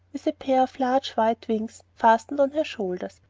with a pair of large white wings fastened on her shoulders,